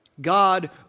God